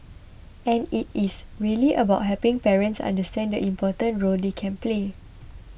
and it is really about helping parents understand the important role they can play